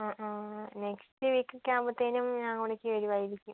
ആ ആ next week ഒക്കെ ആവുംമ്പോഴത്തേനും ഞാൻ അങ്ങോട്ടേക്ക് വരുവായിരിക്കും